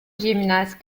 gymnase